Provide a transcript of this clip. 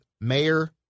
mayor